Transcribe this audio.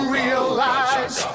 realize